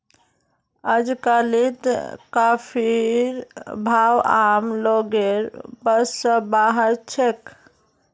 अजकालित कॉफीर भाव आम लोगेर बस स बाहर छेक